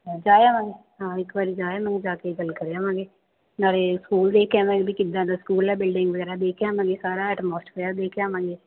ਹਾਂ ਜਾ ਆਵਾਂਗੇ ਹਾਂ ਇੱਕ ਵਾਰੀ ਜਾ ਆਵਾਂਗੇ ਜਾ ਕੇ ਗੱਲ ਕਰ ਆਵਾਂਗੇ ਨਾਲੇ ਸਕੂਲ ਦੇਖ ਕੇ ਆਵਾਂਗੇ ਵੀ ਕਿੱਦਾਂ ਦਾ ਸਕੂਲ ਹੈ ਬਿਲਡਿੰਗ ਵਗੈਰਾ ਦੇਖ ਆਵਾਂਗੇ ਸਾਰਾ ਐਟਮੋਸਫੇਅਰ ਦੇਖ ਆਵਾਂਗੇ